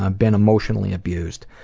ah been emotionally abused.